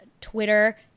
twitter